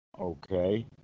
Okay